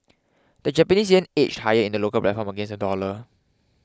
the Japanese yen edged higher in the local platform against the dollar